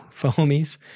foamies